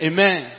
Amen